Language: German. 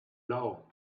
lau